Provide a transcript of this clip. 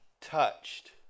touched